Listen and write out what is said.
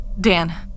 Dan